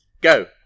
Go